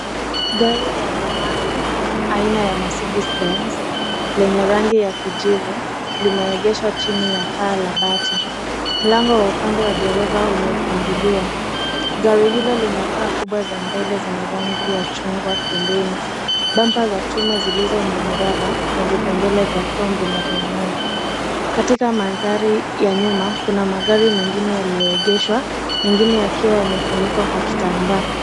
Gari la zamani aina ya Mercedez Benz lenye rangi ya kijivu limeegezwa chini ya paa la bati . Mlango wa upande wa dereva umefunguliwa . Gari hilo lina taa kumbwa za mbele zenye rangi ya chungwa pembeni . Bamba za chuma zilizo na miraba na vipengele vya (cs) chrome (cs) vinavyong'aa . Katika mandhari ya nyuma kuna magari mengine yalioyoegeshwa mengine yakiwa yamefunikwa kwa kitambaa .